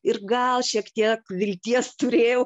ir gal šiek tiek vilties turėjau